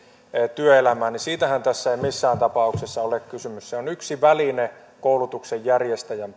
työelämään siitähän tässä ei missään tapauksessa ole kysymys se on yksi väline koulutuksen järjestäjän